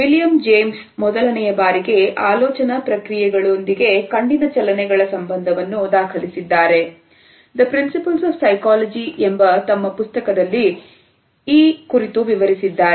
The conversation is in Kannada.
ವಿಲಿಯಂ ಜೇಮ್ಸ್ ಮೊದಲನೆಯ ಬಾರಿಗೆ ಆಲೋಚನಾ ಪ್ರಕ್ರಿಯೆಗಳು ಒಂದಿಗೆ ಕಣ್ಣಿನ ಚಲನೆಗಳ ಸಂಬಂಧವನ್ನು ದಾಖಲಿಸಿದ್ದಾರೆ The Principles of Psychology ಎಂಬ ತನ್ನ ಪುಸ್ತಕದಲ್ಲಿ ಈ ಕುರಿತು ವಿವರಿಸಿದ್ದಾರೆ